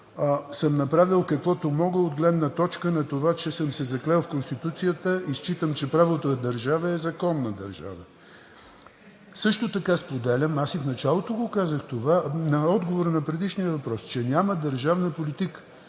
направих каквото мога от гледна точка на това, че съм се заклел в Конституцията и считам, че правото е държавен закон на държавата. Също така споделям – аз и в началото казах това, в отговор на предишния въпрос, че няма държавна политика.